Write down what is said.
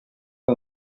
que